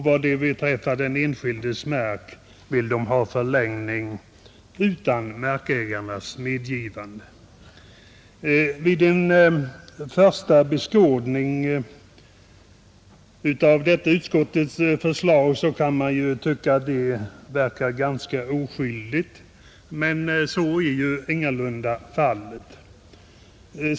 För renbete på enskild mark vill de ha förlängning utan markägarens medgivande, Vid ett första beskådande av detta utskottets förslag kan man tycka att det verkar ganska oskyldigt, men så är ingalunda fallet.